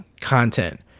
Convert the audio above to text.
content